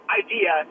idea